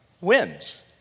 wins